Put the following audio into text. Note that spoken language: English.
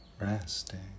resting